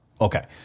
Okay